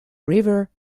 river